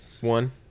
One